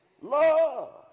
Love